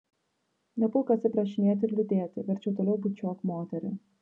nepulk atsiprašinėti ir liūdėti verčiau toliau bučiuok moterį